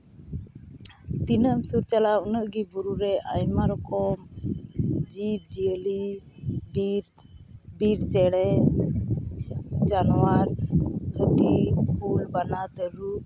ᱛᱤᱱᱟᱹᱢ ᱥᱩᱨ ᱪᱟᱞᱟᱜᱼᱟ ᱩᱱᱟᱹᱜ ᱜᱮ ᱵᱩᱨᱩ ᱨᱮ ᱟᱭᱢᱟ ᱨᱚᱠᱚᱢ ᱡᱤᱵᱽ ᱡᱤᱭᱟᱹᱞᱤ ᱵᱤᱨ ᱵᱤᱨ ᱪᱮᱬᱮ ᱡᱟᱱᱣᱟᱨ ᱦᱟᱹᱛᱤ ᱠᱩᱞ ᱵᱟᱱᱟ ᱛᱟᱹᱨᱩᱵ